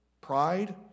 pride